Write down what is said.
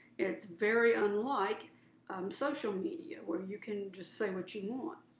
it's very unlike social media where you can just say what you want.